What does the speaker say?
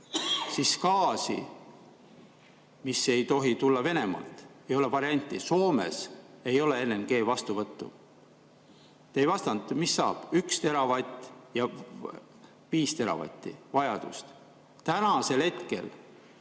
siis gaasi puhul, mis ei tohi tulla Venemaalt, ei ole varianti. Soomes ei ole LNG vastuvõttu. Te ei vastanud, mis saab: 1 teravatt ja vajadus 5 teravatti. Tänasel hetkel